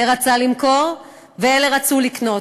זה רצה למכור ואלה רצו לקנות.